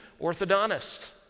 orthodontist